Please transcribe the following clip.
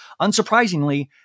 Unsurprisingly